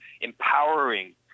empowering